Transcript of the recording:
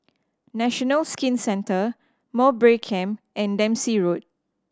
National Skin Centre Mowbray Camp and Dempsey Road